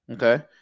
Okay